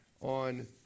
on